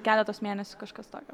keletos mėnesių kažkas tokio